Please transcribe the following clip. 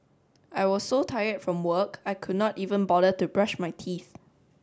I was so tired from work I could not even bother to brush my teeth